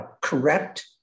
correct